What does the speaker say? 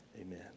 Amen